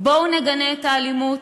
בואו נגנה את האלימות,